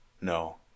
No